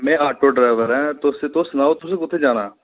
में auto driver हां सनाओ तुस तुसें कुत्थै जाना